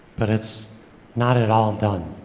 but it's not at all done.